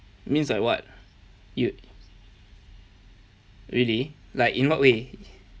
means like [what] it'll really like in what way